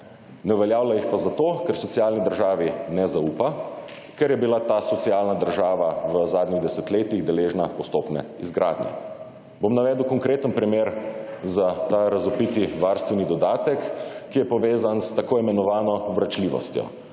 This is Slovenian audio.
Ne uveljavlja jih pa zato, ker socialni državi ne zaupa, ker je bila ta socialna država v zadnjih desetletjih deležna postopne razgradnje. Bom navedel konkreten primer za ta razvpiti varstveni dodatek, ki je povezan s t.i. vračljivostjo.